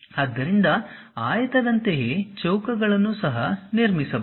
ಆದ್ದರಿಂದ ಆಯತದಂತೆಯೇ ಚೌಕಗಳನ್ನು ಸಹ ನಿರ್ಮಿಸಬಹುದು